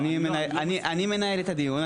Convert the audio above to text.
אני מנהל את הדיון,